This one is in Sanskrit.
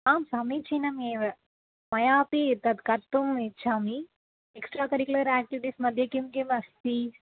आं समीचीनमेव मयापि तद् कर्तुम् इच्छामि एक्स्ट्रा करिकिलर् एक्टिविटीस्मध्ये किं किमस्ति